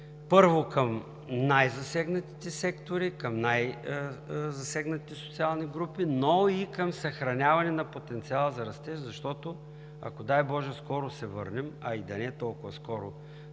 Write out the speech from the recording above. първо, към най-засегнатите сектори, към най-засегнатите социални групи, но и към съхраняване на потенциала за растеж. Защото ако, дай боже, скоро се върнем, а и да не е толкова скоро